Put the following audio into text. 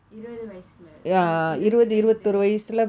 இருவது வயசுல:iruvathu vayasula so இருவத்திரெண்டு:iruvathirendu